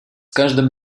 каждым